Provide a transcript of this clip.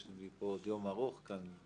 יש לי עוד יום ארוך כאן,